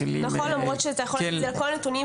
נכון, למרות שאפשר להגיד את זה על כל נתון.